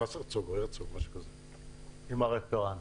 עם הרפרנט.